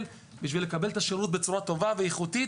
בשביל לקבל את השירות בצורה טובה ואיכותית,